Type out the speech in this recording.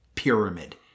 pyramid